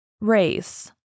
Race